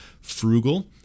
frugal